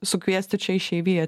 sukviesti čia išeiviją